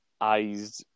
eyes